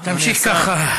תמשיך ככה,